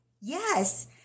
Yes